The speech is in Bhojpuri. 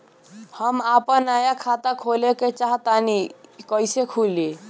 हम आपन नया खाता खोले के चाह तानि कइसे खुलि?